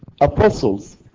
apostles